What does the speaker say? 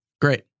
Great